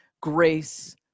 grace